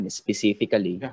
specifically